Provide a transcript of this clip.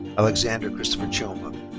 alexander christopher chioma.